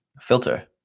filter